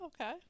okay